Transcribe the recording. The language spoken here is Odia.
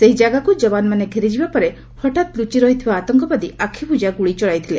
ସେହି ଜାଗାକୁ ଯବାନମାନେ ଘେରିଯିବା ପରେ ହଠାତ୍ ଲୁଚିରହିଥିବା ଆତଙ୍କବାଦୀ ଆଖିବୁଜା ଗୁଳି ଚଳାଇଥିଲେ